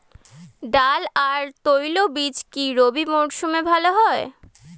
ডাল আর তৈলবীজ কি রবি মরশুমে ভালো হয়?